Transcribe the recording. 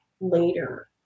later